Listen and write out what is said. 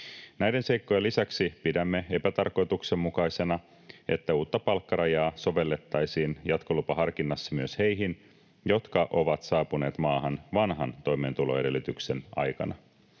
Näiden seikkojen lisäksi pidämme epätarkoituksenmukaisena, että uutta palkkarajaa sovellettaisiin jatkolupaharkinnassa myös heihin, jotka ovat saapuneet maahan vanhan toimeentuloedellytyksen aikana.